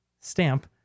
stamp